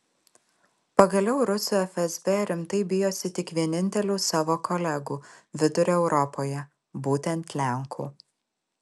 pagaliau rusų fsb rimtai bijosi tik vienintelių savo kolegų vidurio europoje būtent lenkų